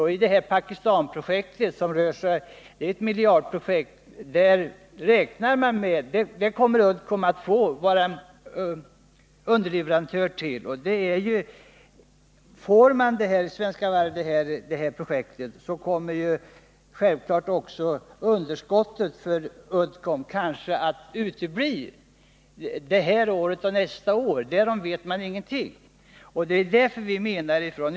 Får Svenska Varv Pakistanprojektet — ett miljardprojekt — kommer Uddcomb alltså att vara underleverantör, och då kanske dess underskott kommer att utebli det här året och nästa år, därom vet man ingenting.